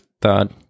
thought